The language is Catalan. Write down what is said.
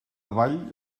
ball